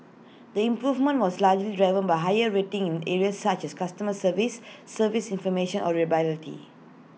the improvement was largely driven by higher ratings in areas such as customer service service information or reliability